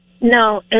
No